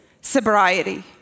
sobriety